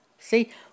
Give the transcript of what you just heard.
See